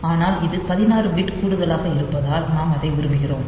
ஆனால் இது 16 பிட் கூடுதலாக இருப்பதால் நாம் அதை விரும்புகிறோம்